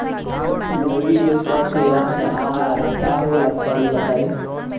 मुर्गी के सबसे अच्छा आहार का होला तनी बताई?